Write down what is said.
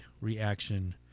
reaction